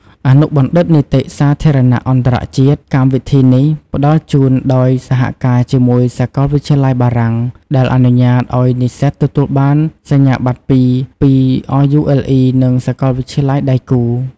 អនុបណ្ឌិតនីតិសាធារណៈអន្តរជាតិ កម្មវិធីនេះផ្តល់ជូនដោយសហការជាមួយសាកលវិទ្យាល័យបារាំង ដែលអនុញ្ញាតឱ្យនិស្សិតទទួលបានសញ្ញាបត្រពីរ ពីRULE និងសាកលវិទ្យាល័យដៃគូ។